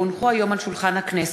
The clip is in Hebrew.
כי הונחו היום על שולחן הכנסת,